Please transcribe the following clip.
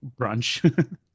brunch